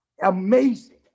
Amazing